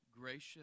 gracious